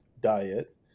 diet